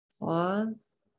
Pause